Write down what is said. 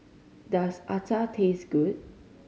does acar taste good